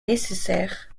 nécessaire